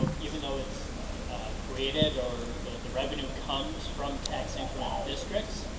even though it's created, or the revenue comes from tax increment districts,